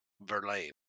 Verlaine